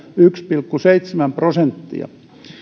yksi pilkku seitsemän prosenttia